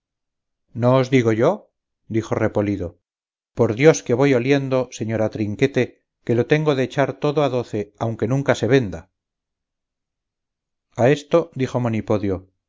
os digo yo dijo repolido por dios que voy oliendo señora trinquete que lo tengo de echar todo a doce aunque nunca se venda a esto dijo